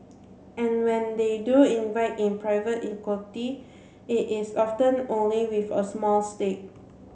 and when they do invite in private equity it is often only with a small stake